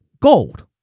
gold